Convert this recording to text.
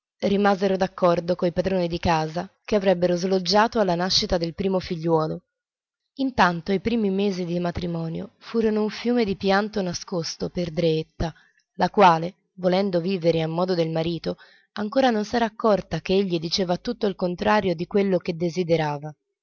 rimasero d'accordo coi padroni di casa che avrebbero sloggiato alla nascita del primo figliuolo intanto i primi mesi di matrimonio furono un fiume di pianto nascosto per dreetta la quale volendo vivere a modo del marito ancora non s'era accorta ch'egli diceva tutto il contrario di quello che desiderava